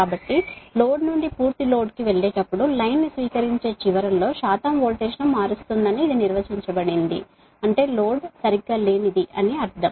కాబట్టి లోడ్ నుండి పూర్తి లోడ్ కు వెళ్లేటప్పుడు లైన్ ని స్వీకరించే చివరలో వోల్టేజ్ శాతం ను మారుస్తుందని ఇది నిర్వచించబడింది అంటే లోడ్లు సరిగ్గా లేవని అని అర్ధం